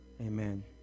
Amen